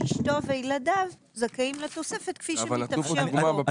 אשתו וילדיו זכאים לתוספת כפי שמתאפשר פה.